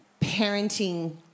parenting